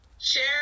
Share